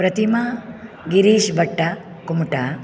प्रतिमा गिरीश् बट्ट कुमुटा